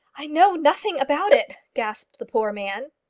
i know nothing about it, gasped the poor man.